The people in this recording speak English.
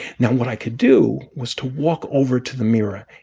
now, what i could do was to walk over to the mirror,